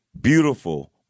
beautiful